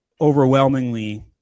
overwhelmingly